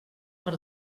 per